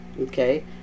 Okay